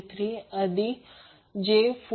933 अधिक j 4